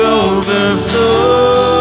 overflow